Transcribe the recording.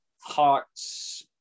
Hearts